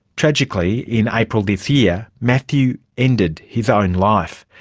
tragically, in april this year, matthew ended his own life.